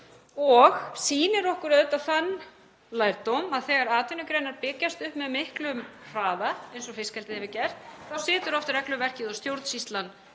og sýnir okkur auðvitað þann lærdóm að þegar atvinnugreinar byggjast upp með miklum hraða, eins og fiskeldið hefur gert, þá situr oft regluverkið og stjórnsýslan